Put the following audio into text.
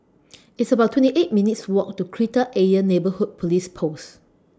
It's about twenty eight minutes' Walk to Kreta Ayer Neighbourhood Police Post